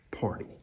party